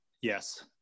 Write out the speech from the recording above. Yes